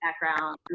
background